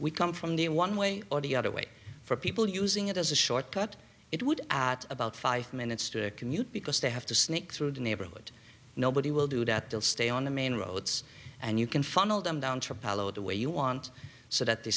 we come from the in one way or the other way for people using it as a shortcut it would at about five minutes to commute because they have to sneak through the neighborhood nobody will do that they'll stay on the main roads and you can funnel them down to palo the way you want so that they